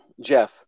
Jeff